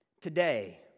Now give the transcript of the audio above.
Today